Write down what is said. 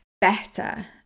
better